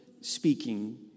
speaking